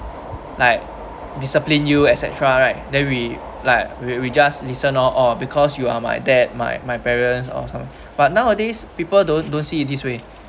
like discipline you etcetera right then we like we we just listen lor or because you are my dad my my parents or some but nowadays people don't don't see it this way